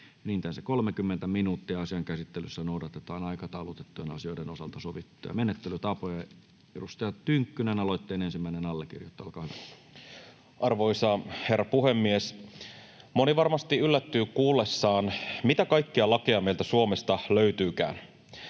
enintään 30 minuuttia. Asian käsittelyssä noudatetaan aikataulutettujen asioiden osalta sovittuja menettelytapoja. — Edustaja Tynkkynen, aloitteen ensimmäinen allekirjoittaja, olkaa hyvä. Arvoisa herra puhemies! Moni varmasti yllättyy kuullessaan, mitä kaikkia lakeja meiltä Suomesta löytyykään.